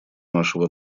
нашего